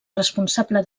responsable